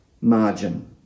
margin